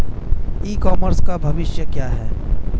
ई commerce का भविष्य क्या है?